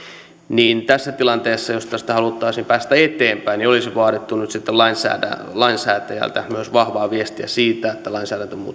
tässä tilanteessa jos tästä haluttaisiin päästä eteenpäin olisi vaadittu nyt lainsäätäjältä myös vahvaa viestiä siitä että lainsäädäntömuutoksia